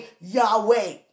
Yahweh